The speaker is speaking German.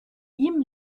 ihm